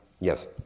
Yes